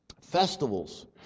festivals